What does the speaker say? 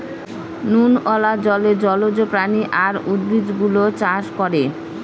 নুনওয়ালা জলে জলজ প্রাণী আর উদ্ভিদ গুলো চাষ করে